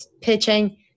pitching